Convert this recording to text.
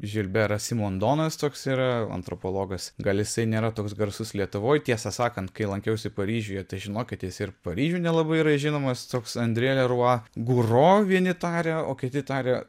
žilberas simondonas toks yra antropologas gal jisai nėra toks garsus lietuvoj tiesą sakant kai lankiausi paryžiuje tai žinokit jis ir paryžiuj nelabai žinomas toks andrė lerua guro vieni taria o kiti taria